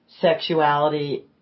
sexuality